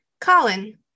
Colin